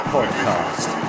Podcast